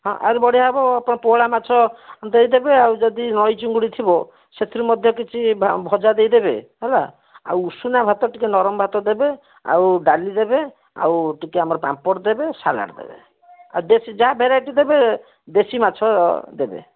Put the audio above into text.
ହଁ ଆହୁରି ବଢ଼ିଆ ହେବ ପୋହଳା ମାଛ ଦେଇଦେବେ ଆଉ ଯଦି ନଈ ଚିଙ୍ଗୁଡ଼ି ଥିବ ସେଥିରୁ ମଧ୍ୟ କିଛି ଭଜା ଦେଇଦେବେ ହେଲା ଆଉ ଉଷୁନା ଭାତ ଟିକିଏ ନରମ ଭାତ ଦେବେ ଆଉ ଡ଼ାଲି ଦେବେ ଆଉ ଟିକିଏ ଆମର ପାମ୍ପଡ଼ ଦେବେ ସାଲାଡ଼୍ ଦେବେ ଆଉ ଦେଶୀ ଯାହା ଭେରାଇଟି ଦେବେ ଦେଶୀ ମାଛ ଦେବେ